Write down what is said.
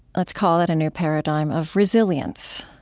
let's call it a new paradigm of resilience.